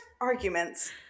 Arguments